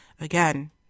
Again